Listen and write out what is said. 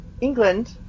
England